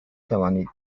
توانید